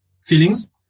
feelings